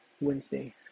Wednesday